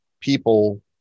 people